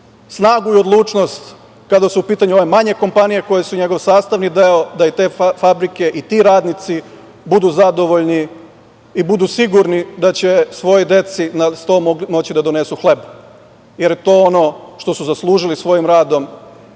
snagu i odlučnost kada su u pitanju ove manje kompanije koje su njegov sastavni deo, da i te fabrike i ti radnici budu zadovoljni i budu sigurni da će svojoj deci na sto moći da donesu hleb, jer to je ono što su zaslužili svojim radom